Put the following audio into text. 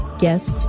guests